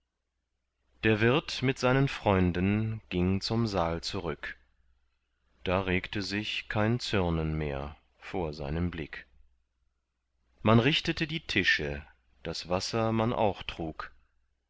der wirt mit seinen freunden ging zum saal zurück da regte sich kein zürnen mehr vor seinem blick man richtete die tische das wasser man auch trug